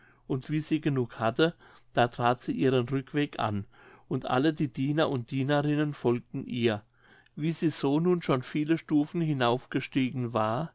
und wie sie genug hatte da trat sie ihren rückweg an und alle die diener und dienerinnen folgten ihr wie sie so nun schon viele stufen heraufgestiegen war